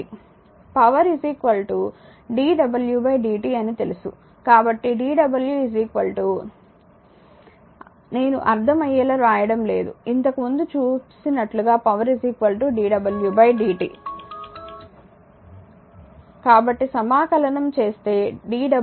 power dw dt అని తెలుసు కాబట్టి dw నేను అర్థమయ్యేలా వ్రాయడం లేదు ఇంతకు ముందు చూసినట్లుగా పవర్ dw dt కాబట్టి సమాకలనం ఇంటిగ్రేట్ చేస్తే dw pdt అవుతుంది